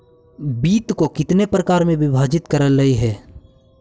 वित्त को कितने प्रकार में विभाजित करलइ हे